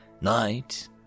night